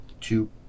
two